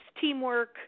teamwork